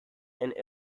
and